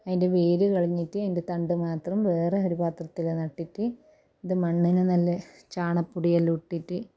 അതിൻ്റെ വേര് കളഞ്ഞിട്ട് അതിൻ്റെ തണ്ട് മാത്രം വേറെ ഒരു പാത്രത്തിൽ നട്ടിട്ട് ഇത് മണ്ണിന് നല്ല ചാണകപൊടിയെല്ലാം ഇട്ടിട്ട്